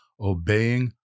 obeying